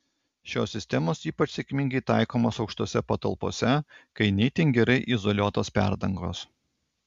šios sistemos ypač sėkmingai taikomos aukštose patalpose kai ne itin gerai izoliuotos perdangos